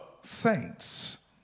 saints